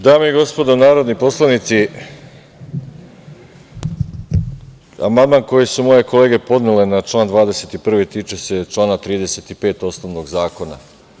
Dame i gospodo narodni poslanici, amandman koji su moje kolege podnele na član 21. tiče se člana 35. osnovnog zakona.